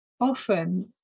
Often